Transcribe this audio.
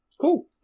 Cool